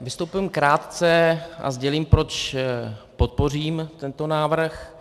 Vystoupím krátce a sdělím, proč podpořím tento návrh,